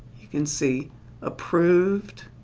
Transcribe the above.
you can see approved,